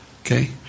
Okay